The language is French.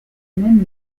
même